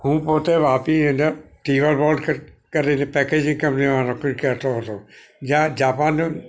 હું પોતે વાપી એને કેવા રોડ કરીને પેકેજિંગ કરી દેવાનો કહેતો હતો જે આ જાપાન